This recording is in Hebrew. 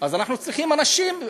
אז אנחנו צריכים אנשים.